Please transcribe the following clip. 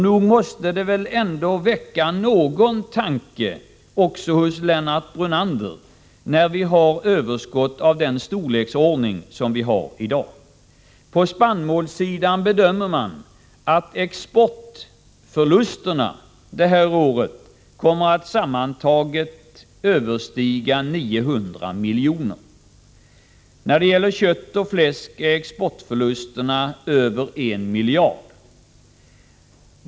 Nog måste det väl ändå väcka någon eftertanke också hos Lennart Brunander när vi har överskott i den storleksordning som vi har i dag. På spannmålssidan bedömer man att exportförlusterna detta år sammantaget kommer att överstiga 900 miljoner. För kött och fläsk är exportförlusterna över 1 miljard.